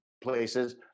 places